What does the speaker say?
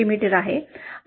मी